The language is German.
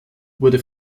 wurde